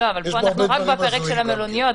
אבל פה אנחנו רק בפרק של המלוניות,